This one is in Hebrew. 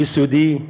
יסודי,